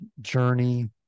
journey